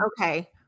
okay